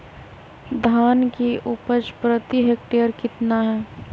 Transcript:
धान की उपज प्रति हेक्टेयर कितना है?